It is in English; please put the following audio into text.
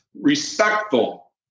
respectful